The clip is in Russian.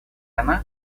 она